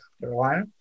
Carolina